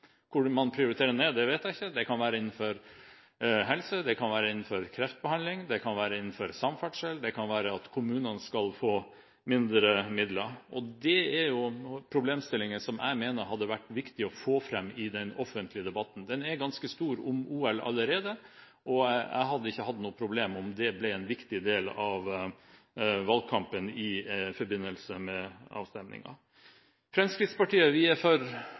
Hvor man prioriterer ned, vet jeg ikke. Det kan være innenfor helse, det kan være innenfor kreftbehandling, det kan være innenfor samferdsel, det kan være at kommunene får mindre midler. Det er problemstillinger som jeg mener hadde vært viktig å få fram i den offentlige debatten om OL, som er ganske stor allerede, og jeg hadde ikke hatt noe problem om det ble en viktig del av valgkampen i forbindelse med avstemningen. Fremskrittspartiet er for åpenhet, vi er for